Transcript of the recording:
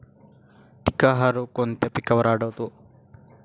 टिक्का हा रोग कोणत्या पिकावर आढळतो?